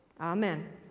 Amen